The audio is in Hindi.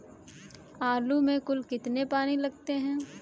आलू में कुल कितने पानी लगते हैं?